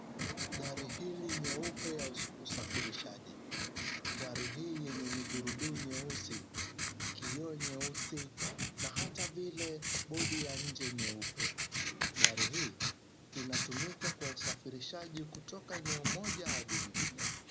Gari hili nyeupe la usafirishaji. Gari hii yenye migurudumu nyeusi, kioo nyeusi na hata vile bodi ya nje nyeupe. Gari hii inatumika kwa usafirishaji kutoka eneo moja hadi ingine.